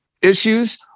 issues